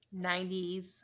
90s